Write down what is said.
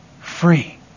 free